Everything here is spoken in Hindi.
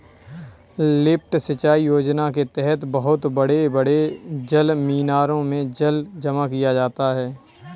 लिफ्ट सिंचाई योजना के तहद बहुत बड़े बड़े जलमीनारों में जल जमा किया जाता है